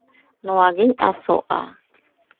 ᱱᱚᱣᱟᱜᱤᱧ ᱟᱥᱚᱜᱼᱟ